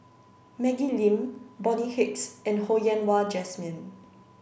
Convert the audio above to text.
Maggie Lim Bonny Hicks and Ho Yen Wah Jesmine